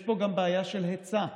יש פה גם בעיה של היצע.